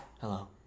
Hello